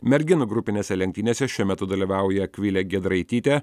merginų grupinėse lenktynėse šiuo metu dalyvauja akvilė giedraitytė